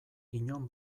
inon